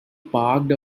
parked